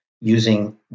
using